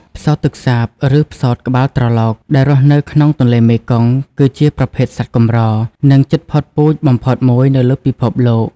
ផ្សោតទឹកសាប ឬផ្សោតក្បាលត្រឡោក ដែលរស់នៅក្នុងទន្លេមេគង្គ គឺជាប្រភេទសត្វកម្រ និងជិតផុតពូជបំផុតមួយនៅលើពិភពលោក។